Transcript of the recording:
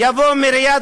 יבוא מריאד,